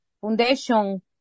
foundation